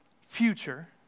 future